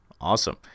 Awesome